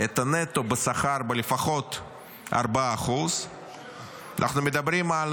את הנטו בשכר לפחות ב-4%; אנחנו מדברים על